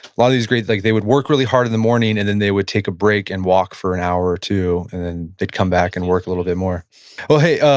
lot of these greats, like they would work really hard in the morning and then they would take a break and walk for an hour or two and then they'd come back and work a little bit more hey,